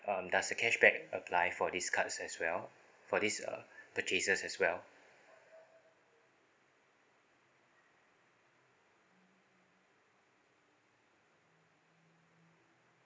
um does the cashback apply for these cards as well for this uh purchases as well